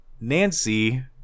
Nancy